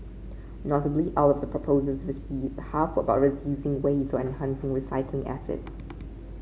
notably out of the proposals received half were about reducing waste or enhancing recycling efforts